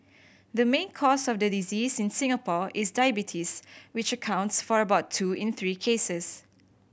the main cause of the disease in Singapore is diabetes which accounts for about two in three cases